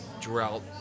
drought